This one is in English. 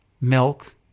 milk